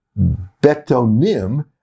Betonim